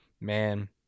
man